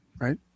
right